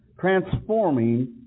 Transforming